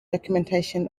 documentation